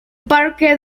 parque